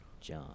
John